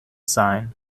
sign